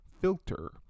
filter